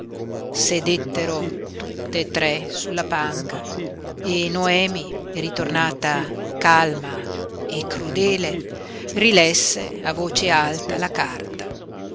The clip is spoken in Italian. lucerna sedettero tutte e tre sulla panca e noemi ritornata calma e crudele rilesse a voce alta la carta